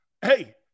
Hey